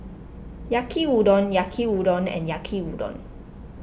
Yaki Udon Yaki Udon and Yaki Udon